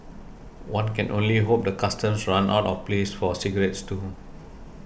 one can only hope the Customs runs out of place for cigarettes too